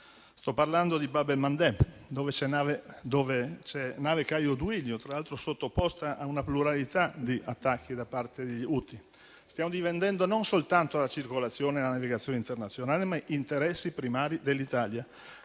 Sto parlando di Bab el-Mandeb, dove c'è la nave Caio Duilio, tra l'altro sottoposta a una pluralità di attacchi da parte degli Houthi. Stiamo difendendo non soltanto la circolazione e la navigazione internazionali, ma gli interessi primari dell'Italia.